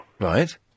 Right